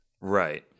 Right